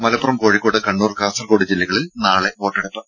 മലപ്പുറം കോഴിക്കോട് കണ്ണൂർ കാസർകോട് ജില്ലകളിൽ നാളെ വോട്ടെടുപ്പ്